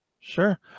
sure